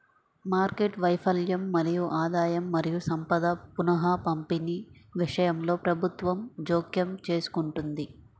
market వైఫల్యం మరియు ఆదాయం మరియు సంపద పునఃపంపిణీ విషయంలో ప్రభుత్వం జోక్యం చేసుకుంటుంది